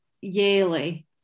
yearly